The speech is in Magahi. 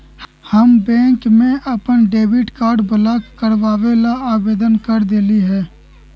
हम बैंक में अपन डेबिट कार्ड ब्लॉक करवावे ला आवेदन कर देली है